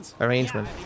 arrangement